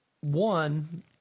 one